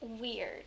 Weird